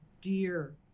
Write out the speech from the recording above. dear